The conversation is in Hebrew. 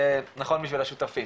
זה נכון בשביל השותפים.